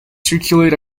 circulate